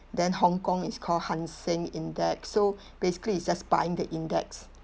then hong kong is called hang seng index so basically it's just buying the index